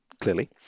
clearly